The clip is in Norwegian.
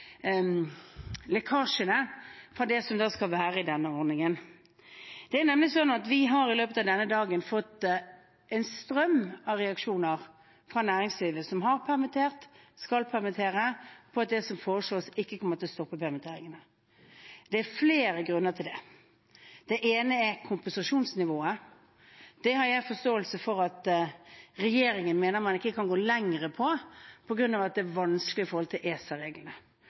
lekkasjene fra det som skal være i denne ordningen. Vi har nemlig i løpet av denne dagen fått en strøm av reaksjoner fra næringslivet – fra bedrifter som har permittert, eller som skal permittere – om at det som foreslås, ikke kommer til å stoppe permitteringene. Det er flere grunner til det. Det ene er kompensasjonsnivået. Det har jeg forståelse for at regjeringen mener man ikke kan gå lenger på, på grunn av at det er vanskelig i forhold til